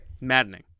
Maddening